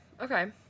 Okay